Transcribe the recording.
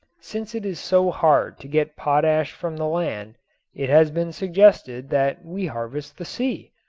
since it is so hard to get potash from the land it has been suggested that we harvest the sea.